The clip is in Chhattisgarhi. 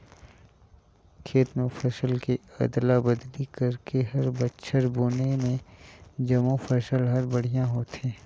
खेत म फसल के अदला बदली करके हर बछर बुने में जमो फसल हर बड़िहा होथे